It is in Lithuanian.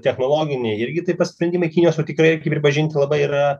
technologiniai irgi taip pat sprendimai kinijos nu tikrai pripažinti labai yra